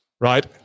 Right